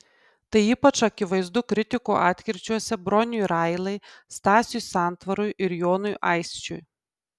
tai ypač akivaizdu kritiko atkirčiuose broniui railai stasiui santvarui ir jonui aisčiui